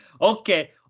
Okay